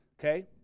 Okay